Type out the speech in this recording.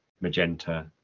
magenta